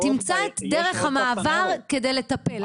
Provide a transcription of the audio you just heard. תמצא את דרך המעבר כדי לטפל.